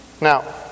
Now